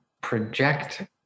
project